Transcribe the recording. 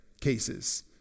cases